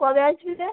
কবে আসবে